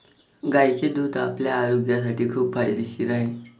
गायीचे दूध आपल्या आरोग्यासाठी खूप फायदेशीर आहे